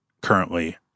currently